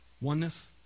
Oneness